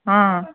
ಹಾಂ